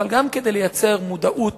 אבל גם כדי לייצר מודעות,